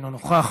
אינו נוכח,